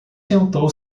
sentou